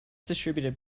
distributed